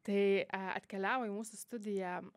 tai atkeliavo į mūsų studiją